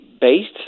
based